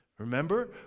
Remember